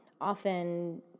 often